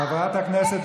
חברת הכנסת